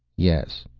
yes,